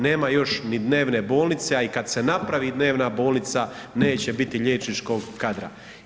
Nema još ni dnevne bolnice, a i kad se napravi dnevna bolnica neće biti liječničkog kadra.